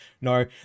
no